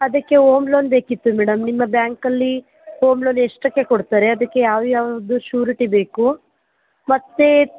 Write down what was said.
ಅದಕ್ಕೆ home loan ಬೇಕಿತ್ತು madam ನಿಮ್ಮ ಬ್ಯಾಂಕಲ್ಲಿ ಹೋಮ್ ಲೋನ್ ಎಷ್ಟಕ್ಕೆ ಕೊಡ್ತಾರೆ ಅದಕ್ಕೆ ಯಾವ್ಯಾವುದು ಶೂರಿಟಿ ಬೇಕು ಮತ್ತು